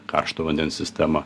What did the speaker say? karšto vandens sistemą